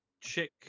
chick